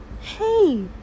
Hey